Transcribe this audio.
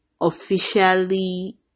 officially